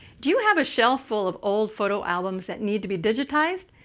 do you have a shelf full of old photo albums that need to be digitized?